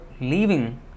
leaving